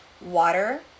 Water